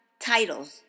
titles